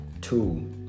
two